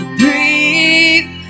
breathe